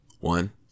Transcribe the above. One